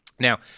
Now